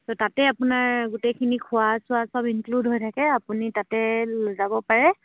ত' তাতে আপোনাৰ গোটেইখিনি খোৱা চোৱা চব ইনক্লুড হৈ থাকে আপুনি তাতে যাব পাৰে